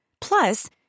Plus